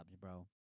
bro